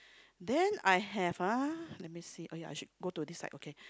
then I have uh let me see oh ya should go to this side okay